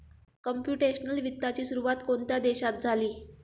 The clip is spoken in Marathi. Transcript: कंप्युटेशनल वित्ताची सुरुवात कोणत्या देशात झाली?